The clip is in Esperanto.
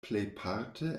plejparte